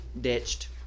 Ditched